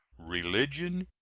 religion,